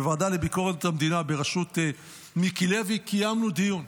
בוועדה לביקורת המדינה בראשות מיקי לוי קיימנו דיון.